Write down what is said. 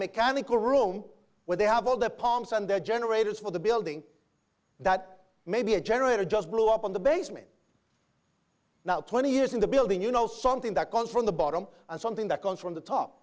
mechanical room where they have all the pumps and their generators for the building that maybe a generator just blew up in the basement now twenty years in the building you know something that comes from the bottom and something that comes from the top